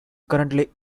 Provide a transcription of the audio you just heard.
currently